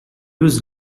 was